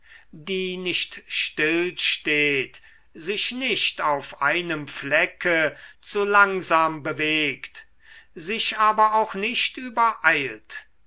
die nicht stillsteht sich nicht auf einem flecke zu langsam bewegt sich aber auch nicht übereilt